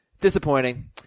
disappointing